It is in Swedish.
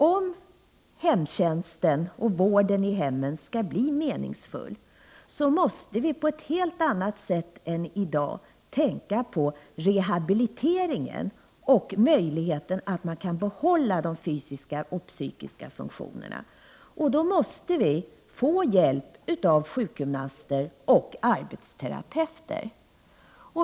Om hemtjänsten och vården i hemmen skall bli meningsfull måste vi på ett helt annat sätt än i dag tänka på rehabiliteringen och möjligheten att få behålla de fysiska och psykiska funktionerna. Då måste vi få hjälp av sjukgymnaster och arbetsterapeuter.